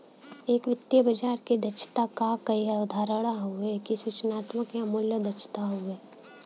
एक वित्तीय बाजार क दक्षता क कई अवधारणा हउवे इ सूचनात्मक या मूल्य दक्षता हउवे